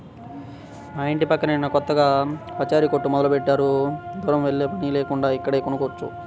మా యింటి పక్కనే నిన్న కొత్తగా పచారీ కొట్టు మొదలుబెట్టారు, దూరం వెల్లేపని లేకుండా ఇక్కడే కొనుక్కోవచ్చు